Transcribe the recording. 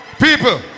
people